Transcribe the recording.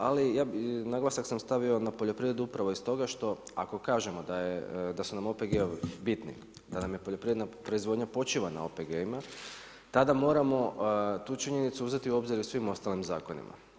Ali ja naglasak sam stavio na poljoprivredu upravo iz toga što ako kažemo da su nam OPG-ovi bitni, da nam poljoprivredna proizvodnja počiva na OPG-ovima, tada moramo tu činjenicu uzeti u obzir i u svim ostalim zakonima.